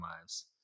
lives